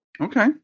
Okay